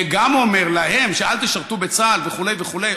וגם אומר להם: אל תשרתו בצה"ל וכו' וכו',